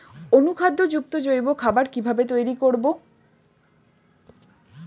অনুখাদ্য যুক্ত জৈব খাবার কিভাবে তৈরি করব?